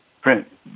print